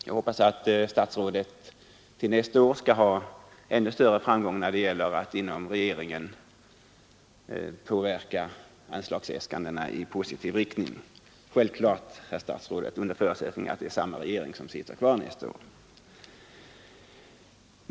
Jag hoppas att statsrådet till nästa år skall ha ännu större framgång när det gäller att inom regeringen påverka anslagsäskandena i positiv riktning — självfallet, herr statsråd, under förutsättning att vi har samma regering nästa år.